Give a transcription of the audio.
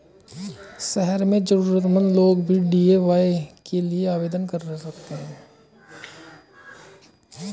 शहर के जरूरतमंद लोग भी डी.ए.वाय के लिए आवेदन कर सकते हैं